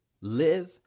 Live